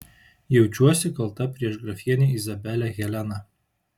jaučiuosi kalta prieš grafienę izabelę heleną